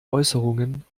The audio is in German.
äußerungen